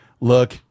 look